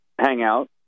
hangout